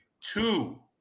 Two